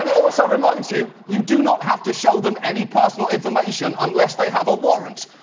and also reminds you, you do not have to show them any personal information unless they have a warrant.